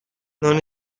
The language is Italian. non